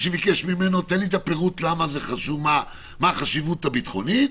שביקש ממנו שייתן לו את הפירוט למה זה חשוב ומה החשיבות הביטחונית.